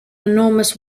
enormous